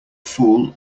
fool